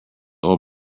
oil